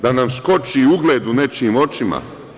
Da nam skoči i ugled u nečijim očima?